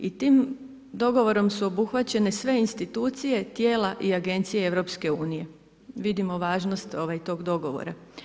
I tim dogovorom su obuhvaćene sve institucije, tijela i agencije EU, vidimo važnost tog dogovora.